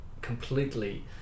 completely